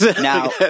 Now